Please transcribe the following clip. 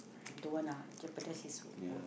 don't want lah jeopardize his work